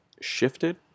shifted